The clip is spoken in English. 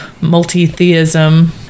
multi-theism